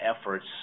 efforts